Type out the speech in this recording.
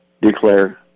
declare